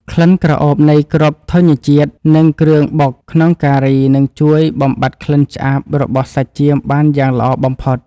ក្លិនក្រអូបនៃគ្រាប់ធញ្ញជាតិនិងគ្រឿងបុកក្នុងការីនឹងជួយបំបាត់ក្លិនឆ្អាបរបស់សាច់ចៀមបានយ៉ាងល្អបំផុត។